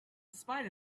spite